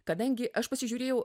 kadangi aš pasižiūrėjau